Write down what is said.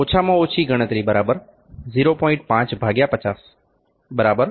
મી છે ઓછામાં ઓછી ગણતરી 0